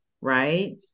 right